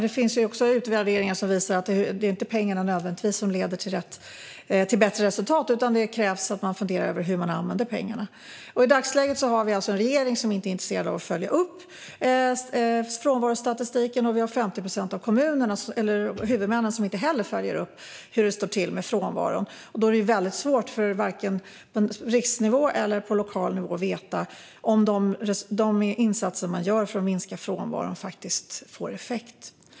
Det finns nämligen utvärderingar som visar att det inte nödvändigtvis är pengarna som leder till bättre resultat utan att det som krävs är att man funderar över hur man använder pengarna. I dagsläget har vi alltså en regering som inte är intresserad av att följa upp frånvarostatistiken, och 50 procent av huvudmännen följer inte heller upp hur det står till med frånvaron. Det gör det svårt att på riksnivå eller lokal nivå veta om de insatser som görs för att minska frånvaron faktiskt får effekt.